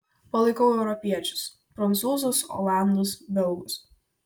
palaikau europiečius prancūzus olandus belgus